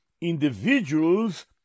individuals